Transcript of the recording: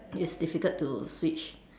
it's difficult to switch